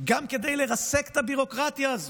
גם כדי לרסק את הביורוקרטיה הזו,